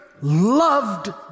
loved